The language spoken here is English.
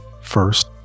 first